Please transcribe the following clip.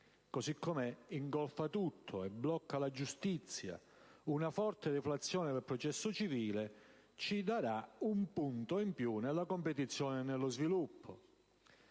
così com'è ingolfa tutto e blocca la giustizia; una forte deflazione del processo civile ci darà un punto in più nella competizione e nello sviluppo.